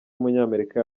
w’umunyamerika